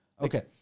Okay